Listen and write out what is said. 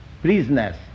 prisoners